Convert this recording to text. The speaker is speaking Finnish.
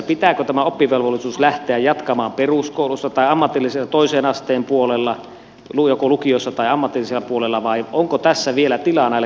pitääkö tämä oppivelvollisuus lähteä jatkamaan peruskoulussa tai toisen asteen puolella joko lukiossa tai ammatillisella puolella vai onko tässä vielä tilaa näille kansanopistoille